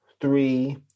three